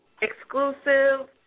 Exclusive